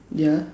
ya